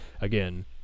again